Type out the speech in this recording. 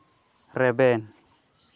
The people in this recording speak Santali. ᱨᱮᱵᱮᱱ